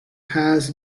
has